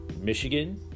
Michigan